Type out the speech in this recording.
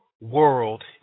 world